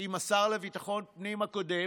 עם השר לביטחון הפנים הקודם,